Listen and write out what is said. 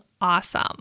awesome